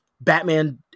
Batman